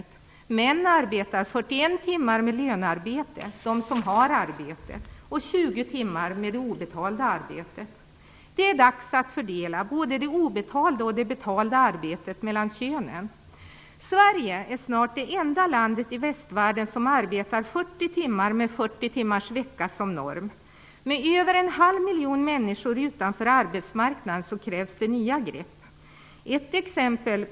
De män som har arbete arbetar 41 timmar med lönearbete och 20 timmar med obetalt arbete. Det är dags att fördela både det obetalda och det betalda arbetet mellan könen! Sverige är snart det enda land i västvärlden där man arbetar 40 timmar i veckan och har 40 timmarsvecka som norm. Med över 0,5 miljoner människor utanför arbetsmarknaden krävs det nya grepp.